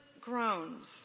groans